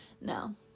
No